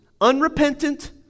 unrepentant